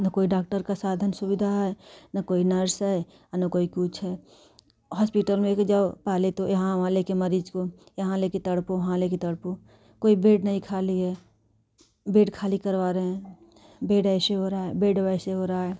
ना कोई डाक्टर का साधन सुविधा है ना कोई नर्स है ना कोई कुछ है हॉस्पिटल में जाओ पहले तो यहाँ वहाँ लेकर मरीज़ को यहाँ लेकर तड़पो वहाँ लेकर तड़पो कोई बेड नहीं खाली है बेड खाली करवा रहे हैं बेड ऐसे हो रहा है बेड वैसे हो रहा है